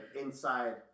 inside